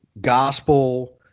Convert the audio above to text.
gospel